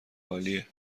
عالیه